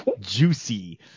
juicy